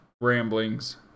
ramblings